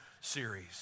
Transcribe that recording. series